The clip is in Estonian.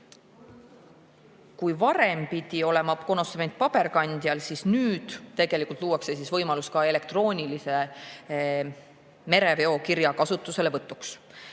Kui varem pidi konossement olema paberkandjal, siis nüüd tegelikult luuakse võimalus ka elektroonilise mereveokirja kasutuselevõtuks.